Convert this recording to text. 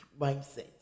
mindset